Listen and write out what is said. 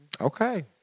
Okay